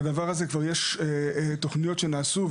לדבר הזה כבר יש תוכניות שנעשו,